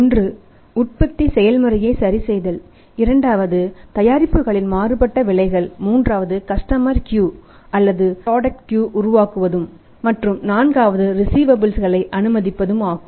ஒன்று உற்பத்தி செயல்முறையை சரிசெய்தல் இரண்டாவது தயாரிப்புகளின் மாறுபட்ட விலைகள் மூன்றாவது கஸ்டமர் கியூ களை அனுமதிப்பதும் ஆகும்